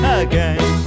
again